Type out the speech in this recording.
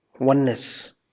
oneness